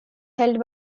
held